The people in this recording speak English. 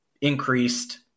increased